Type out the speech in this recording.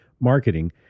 marketing